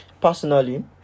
personally